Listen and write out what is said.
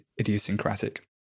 idiosyncratic